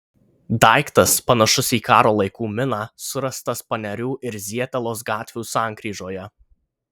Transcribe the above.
daiktas panašus į karo laikų miną surastas panerių ir zietelos gatvių sankryžoje